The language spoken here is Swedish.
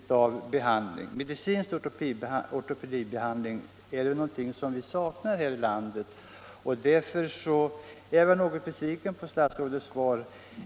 Om ökade resurser Medicinsk ortopedibehandling är någonting som vi saknar här i landet, för behandling av och därför är jag något besviken på statsrådets svar.